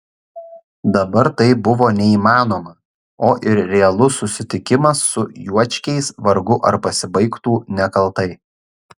dabar tai buvo neįmanoma o ir realus susitikimas su juočkiais vargu ar pasibaigtų nekaltai